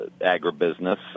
agribusiness